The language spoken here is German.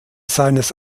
seines